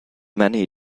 many